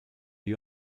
you